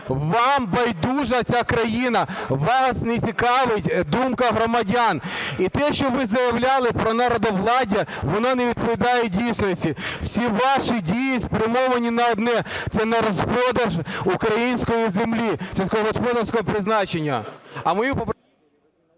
Вам байдужа ця країна, вас не цікавить думка громадян і те, що ви заявляли про народовладдя, воно не відповідає дійсності. Всі ваші дії спрямовані на одне – це на розпродаж української землі сільськогосподарського призначення.